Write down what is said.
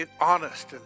honest